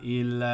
il